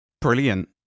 Brilliant